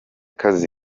kazi